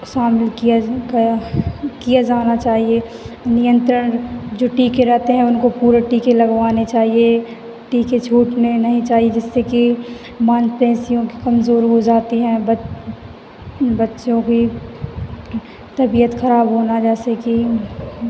शामिल किया जाना चाहिए नियंत्रण जो टीके रहते हैं उनको पूरे टीके लगवाने चाहिए टीके छूटने नहीं चाहिए जिससे कि मांसपेशियाँ कमज़ोर हो जाती है बच्चों की तबियत खराब होना जैसे कि